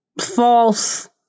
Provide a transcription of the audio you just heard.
false